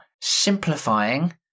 simplifying